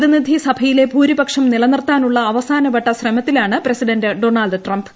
പ്രതിനിധി സഭയിലെ ഭൂരിപക്ഷം നിലനിർത്താനുള്ള് ു അവസാനവട്ട ശ്രമത്തിലാണ് പ്രസിഡന്റ് ഡൊണാൾഡ്ട് ട്രിപ്